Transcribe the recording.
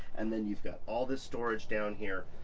and then you've got all this storage down here,